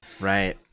Right